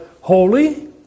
holy